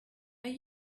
are